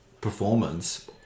performance